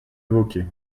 évoquez